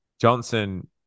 Johnson